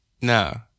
No